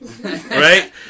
right